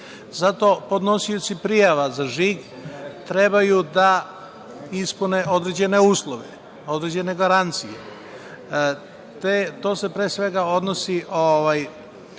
Zato podnosioci prijava za žig trebaju da ispune određene uslove, određene garancije. To se pre svega odnosi